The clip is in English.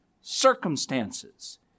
circumstances